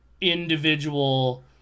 individual